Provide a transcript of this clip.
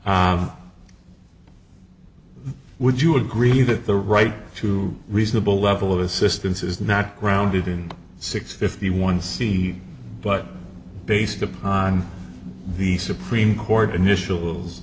so would you agree that the right to reasonable level of assistance is not grounded in six fifty one c but based upon the supreme court initials